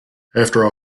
after